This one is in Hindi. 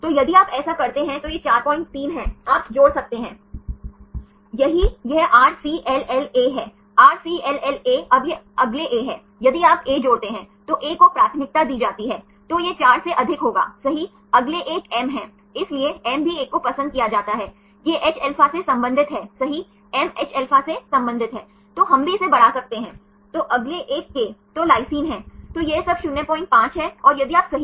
इसलिए जब आपने सभी संयोजनों को आज़माया सही और फिर देखें कि विभिन्न माध्यमिक क्षेत्रों के लिए कोणों को अनुमति दी जाती है उदाहरण के लिए यदि आप अल्फा हेलिसेस को देखते हैं कि अल्फा हेलिसेस कैसे बनते हैं तो हमने चर्चा की सही